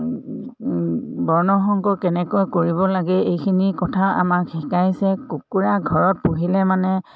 বৰ্ণসংকৰ কেনেকৈ কৰিব লাগে এইখিনি কথা আমাক শিকাইছে কুকুৰা ঘৰত পুহিলে মানে